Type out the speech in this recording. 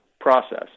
process